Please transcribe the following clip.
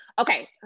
okay